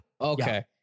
Okay